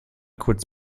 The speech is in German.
kurz